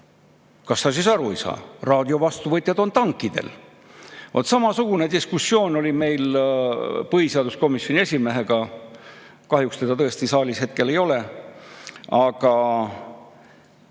"Kas sa siis aru ei saa, raadiovastuvõtjad on tankidel?" Vaat samasugune diskussioon oli meil põhiseaduskomisjoni esimehega. Kahjuks teda tõesti saalis hetkel ei ole. Aga